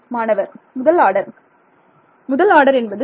மாணவர் முதல் ஆர்டர் முதல் ஆர்டர் என்பது சரி